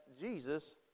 Jesus